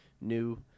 new